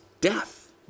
Death